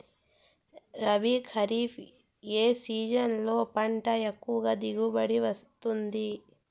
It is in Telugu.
రబీ, ఖరీఫ్ ఏ సీజన్లలో పంట ఎక్కువగా దిగుబడి వస్తుంది